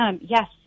Yes